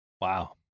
Wow